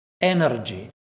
energy